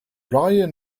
ryan